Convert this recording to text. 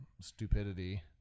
stupidity